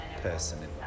person